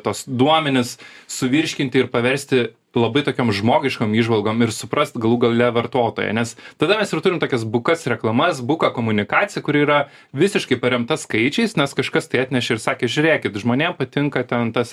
tuos duomenis suvirškinti ir paversti labai tokiom žmogiškom įžvalgom ir suprast galų gale vartotoją nes tada mes ir turim tokias bukas reklamas buką komunikaciją kuri yra visiškai paremta skaičiais nes kažkas tai atnešė ir sakė žiūrėkit žmonėm patinka ten tas